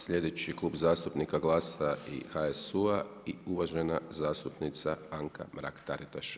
Sljedeći Klub zastupnika GLAS-a i HSU-a i uvažena zastupnica Anka Mrak-Taritaš.